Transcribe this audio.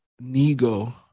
Nego